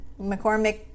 McCormick